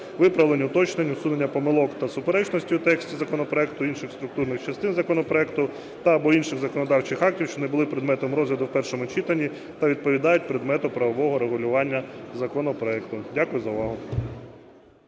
виправлень, уточнень, усунення помилок та суперечностей у тексті законопроекту, інших структурних частинах законопроекту та (або) інших законодавчих актів, що не були предметом розгляду в першому читанні та відповідають предмету правового регулювання законопроекту. Дякую за увагу.